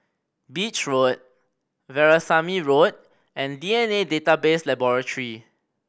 Beach Road Veerasamy Road and D N A Database Laboratory